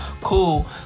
cool